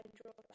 draw